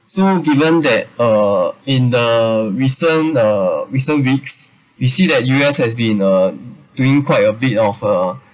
so given that uh in the recent uh recent weeks we see that U_S has been uh doing quite a bit of uh